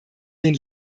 den